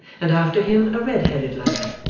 and after him a red-headed lad,